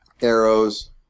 arrows